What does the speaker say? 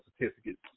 certificates